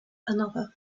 another